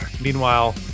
Meanwhile